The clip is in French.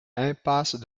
impasse